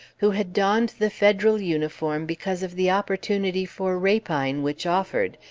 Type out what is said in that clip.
who had donned the federal uniform because of the opportunity for rapine which offered,